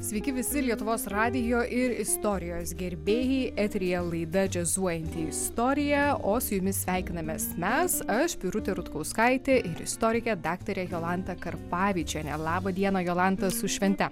sveiki visi lietuvos radijo ir istorijos gerbėjai eteryje laida džiazuojanti istorija o su jumis sveikinamės mes aš birutė rutkauskaitė ir istorikė daktarė jolanta karpavičienė laba diena jolanta su švente